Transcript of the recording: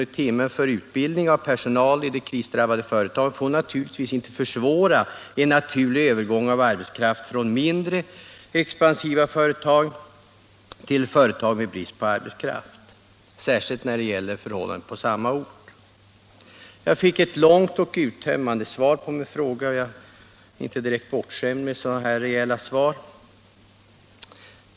i timmen för utbildning av personal i de krisdrabbade företagen får naturligtvis inte försvåra en naturlig övergång av arbetskraft från mindre expansiva företag till företag med brist på arbetskraft — särskilt när det gäller samma ort. Jag fick ett långt och uttömmande svar på min fråga, och jag är inte direkt bortskämd med så rejäla svar.